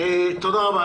תודה רבה.